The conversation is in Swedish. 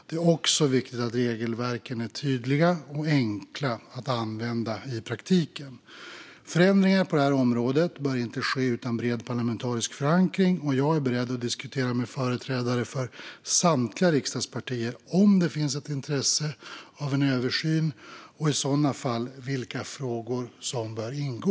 Det är också viktigt att regelverken är tydliga och enkla att använda i praktiken. Förändringar på det här området bör inte ske utan bred parlamentarisk förankring. Jag är beredd att diskutera med företrädare för samtliga riksdagspartier om det finns intresse av en översyn och vilka frågor som i så fall bör ingå.